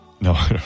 no